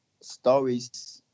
stories